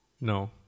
No